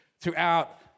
throughout